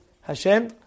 Hashem